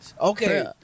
Okay